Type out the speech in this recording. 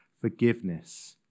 forgiveness